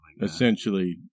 Essentially